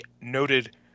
noted